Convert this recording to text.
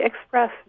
express